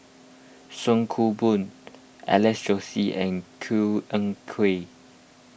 Song Koon Poh Alex Josey and Koh Eng Kian